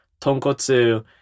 tonkotsu